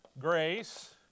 grace